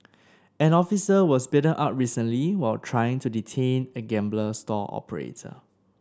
an officer was beaten up recently while trying to detain a gambling stall operator